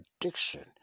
addiction